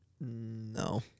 No